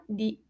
di